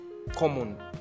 Common